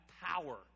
power